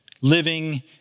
living